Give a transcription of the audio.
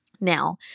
Now